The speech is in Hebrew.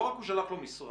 לא רק שלח אליו מסרון,